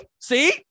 See